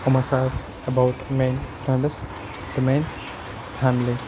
یِم ہسا ٲسۍ اَباؤُٹ میٛٲنۍ فرینٛڈس تہٕ میٛٲنی فیملی